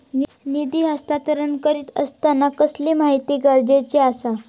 निधी हस्तांतरण करीत आसताना कसली माहिती गरजेची आसा?